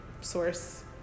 source